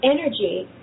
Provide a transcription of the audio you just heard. energy